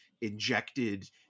injected